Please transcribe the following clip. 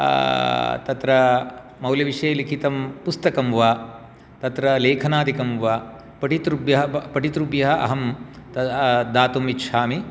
तत्र मौल्यविषये लिखितं पुस्तकं वा तत्र लेखनादिकं वा पठितृभ्यः अहं दातुम् इच्छामि